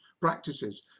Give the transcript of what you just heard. practices